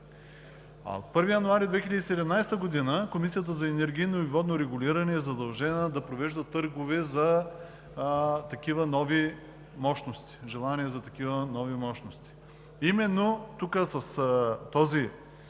От 1 януари 2017 г. Комисията за енергийно и водно регулиране е задължена да провежда търгове за такива нови мощности. Именно тук с §